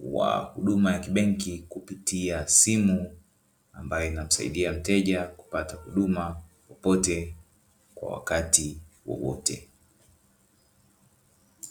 wa huduma ya kibenki kupitia simu ambayo inamsaidia mteja kupata huduma popote wakati wowote.